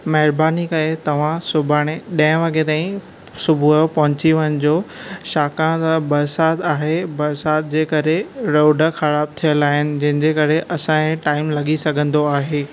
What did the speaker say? महिरबानी कई तव्हां सुभाणे ॾह वॻे ताईं सुबुह जो पहुची वञजो छाकाणि त बरसाति आहे बरसात जे करे रोड ख़राब थियल आहिनि जंहिं जे करे असां खे टाइम लॻी सघंदो आहे